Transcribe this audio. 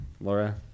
Laura